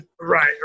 right